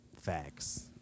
Facts